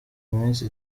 iminsi